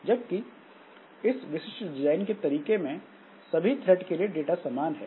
जबकि इस विशिष्ट डिजाइन के तरीके में सभी थ्रेड के लिए डाटा समान है